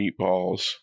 meatballs